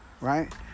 right